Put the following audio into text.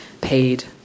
paid